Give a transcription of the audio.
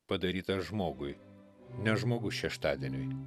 padarytas žmogui ne žmogus šeštadieniui